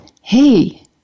Hey